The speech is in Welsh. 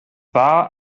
dda